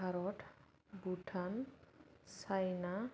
Bharat Bhutan China